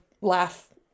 laugh